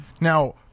Now